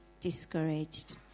discouraged